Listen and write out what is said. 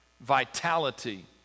vitality